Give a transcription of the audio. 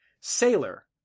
Sailor